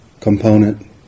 component